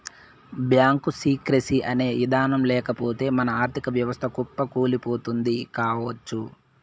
bank secrecy అనే ఇదానం లేకపోతె మన ఆర్ధిక వ్యవస్థ కుప్పకూలిపోతుంది కావచ్చు